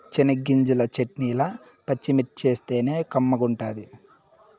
చెనగ్గింజల చెట్నీల పచ్చిమిర్చేస్తేనే కమ్మగుంటది